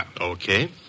Okay